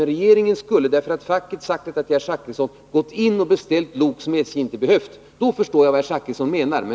Men på grund av uppgifter från facket till herr Zackrisson skulle SJ ha gått in och beställt lok som SJ inte behöver! Det är alltså vad herr Zackrisson menar!